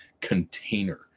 container